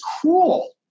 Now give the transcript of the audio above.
cruel